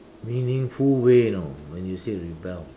meaningful way you know when you say rebel